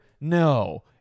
No